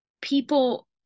people